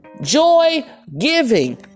joy-giving